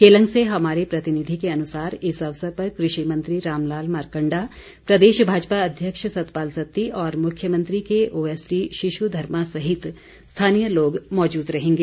केलंग से हमारे प्रतिनिधि के अनुसार इस अवसर पर कृषि मंत्री रामलाल मारकण्डा प्रदेश भाजपा अध्यक्ष सतपाल सत्ती और मुख्यमंत्री के ओएसडी शिशु धर्मा सहित स्थानीय लोग मौजूद रहेंगे